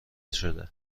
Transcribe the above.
شده